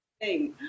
Hey